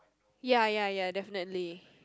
ya ya ya definitely